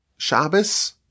Shabbos